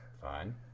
Fine